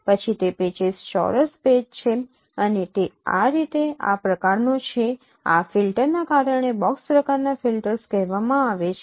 પછી તે પેચીસ ચોરસ પેચ છે અને તે આ રીતે આ પ્રકારનો છે આ ફિલ્ટરના આકારને બોક્સ પ્રકારનાં ફિલ્ટર્સ કહેવામાં આવે છે